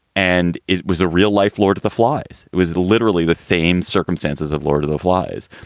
and it was a real life lord of the flies. it was literally the same circumstances of lord of the flies.